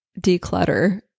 declutter